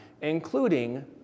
including